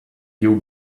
you